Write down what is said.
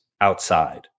outside